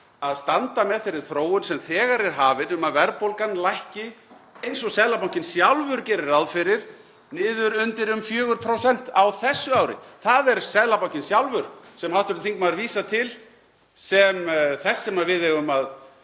að standa með þeirri þróun sem þegar er hafin við að verðbólgan lækki, eins og Seðlabankinn sjálfur gerir ráð fyrir, niður undir um 4% á þessu ári. Það er Seðlabankinn sjálfur, sem hv. þingmaður vísar til sem þess sem við eigum að